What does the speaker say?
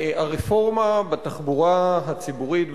הרפורמה בתחבורה הציבורית,